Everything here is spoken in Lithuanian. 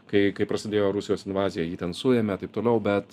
kai kai prasidėjo rusijos invazija jį ten suėmė taip toliau bet